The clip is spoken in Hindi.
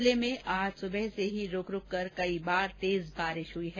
जिले में आज सुबह से ही रुक रुक कर कई बार तेज बारिश हई है